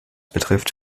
betrifft